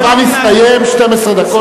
הזמן הסתיים, 12 דקות.